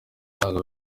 ntabwo